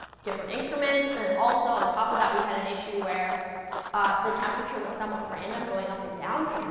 different increments. and also on top of that, we had an issue where the temperature was somewhat random, going up and down.